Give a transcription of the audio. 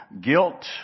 guilt